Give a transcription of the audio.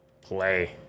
Play